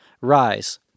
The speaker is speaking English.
Rise